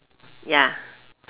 ya